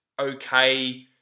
okay